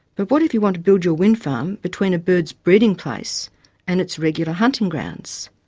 but what if you want to build your wind farm between a bird's breeding place and its regular hunting grounds?